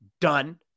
done